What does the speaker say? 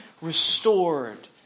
restored